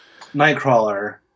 Nightcrawler